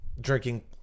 drinking